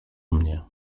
mnie